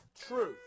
truth